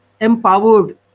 empowered